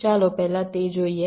ચાલો પહેલા તે જોઈએ